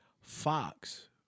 fox